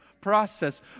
process